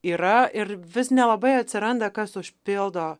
yra ir vis nelabai atsiranda kas užpildo